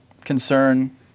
concern